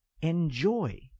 Enjoy